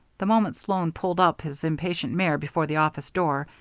the moment sloan pulled up his impatient mare before the office door,